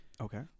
Okay